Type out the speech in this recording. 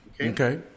Okay